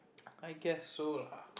I guess so lah